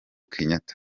kenyatta